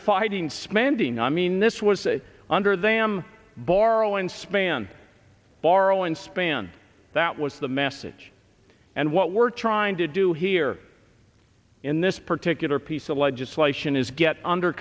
fighting spending i mean this was under them borrow inspan borrow and spend that was the message and what we're trying to do here in this particular piece of legislation is get under